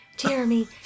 Jeremy